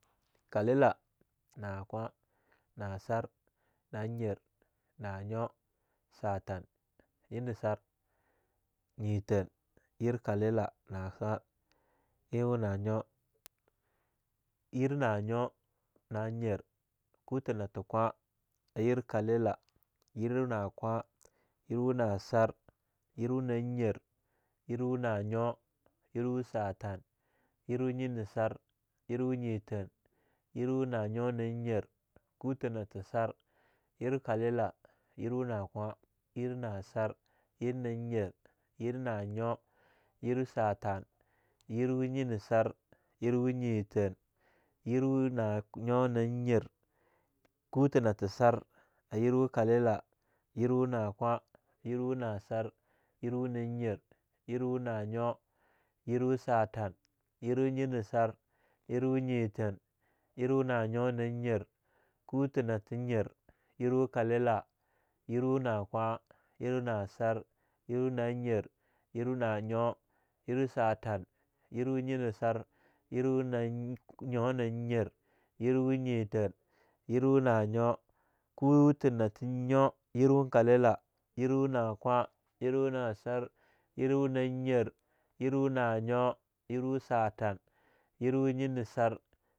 Kalela, nakwah, nasar, nanyar, nanyo, satan, nyenesar, nyethan, yerkalil, nakha, einwu nanyo, yernanyo, nanyar, kuta nate kwa, ayer kalela, yerwaha nakwa, yerwah nasar, yerwa nanyir, yerwah nanyo, yerwah sathan, yerwa-nyenasar, yerwa-nyethan, yerwa nanyo-nanyir, kutah nathe sar, ayerwh akalela, yerwah nakwah, yer na sar, yer nanyir, yer nanyo, yer satan, yerwa nyenisar, yerwah nyethan, yerwah nanyu nanyir, kutah nathe sar, ayerwah kalelah, yerwah nakwa, yewah nasar, yerwa nanyir, yerwah-nanyo yerwah satan, yerwah nyinesar, yerwah nyethan, yerwa nanyo nanyir, kutah nathe nyo yerwar kalewa, yerwa nakwa yerwa nasar.yerwa nanyar, yerwa nanyo, yerwa satan, yerwa nyenasar.